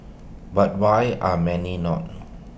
but why are many not